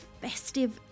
festive